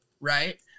right